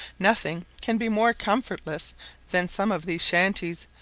nothing can be more comfortless than some of these shanties,